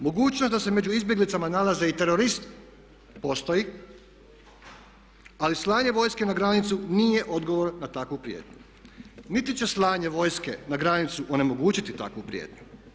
Mogućnost da se među izbjeglicama nalaze i teroristi postoji ali slanje vojske na granicu nije odgovor na takvu prijetnju, niti će slanje vojske na granicu onemogućiti takvu prijetnju.